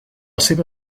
seva